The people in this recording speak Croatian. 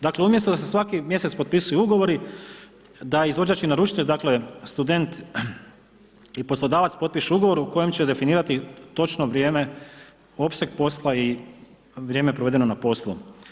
Dakle umjesto da se svaki mjesec potpisuju ugovori da izvođač i naručitelj dakle student i poslodavac potpišu ugovor u kojem će definirati točno vrijeme, opseg posla i vrijeme provedeno na poslu.